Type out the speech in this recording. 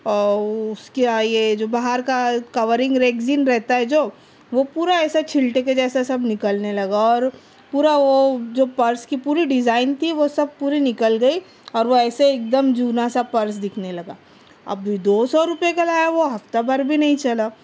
اور اُس کے آ یہ جو باہر کا کورنگ ریگزین رہتا ہے جو وہ پورا ایسے چھلٹے کے جیسا سب نکلنے لگا اور پورا وہ جو پرس کی پوری ڈیزائن تھی وہ سب پوری نکل گئی اور وہ ایسے ایک دم جونا سا پرس دکھنے لگا ابھی دو سو روپے کا لایا ہوا ہفتہ بھر بھی نہیں چلا